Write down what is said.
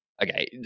Okay